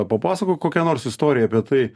papasakok kokią nors istoriją apie tai